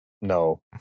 No